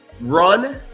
run